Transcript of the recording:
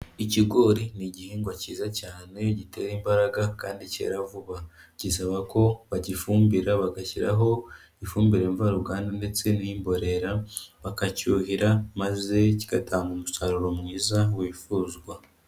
Ikigori ni igihingwa cyiza cyane gitera imbaraga kandi cyera vuba. Gisaba ko bagifumbira bagashyiraho ifumbire mvaruganda ndetse n'imborera, bakacyuhira maze kigatanga umusaruro mwiza wifuzwa.